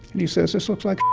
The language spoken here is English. and he says, this looks like